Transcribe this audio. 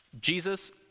Jesus